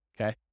okay